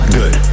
good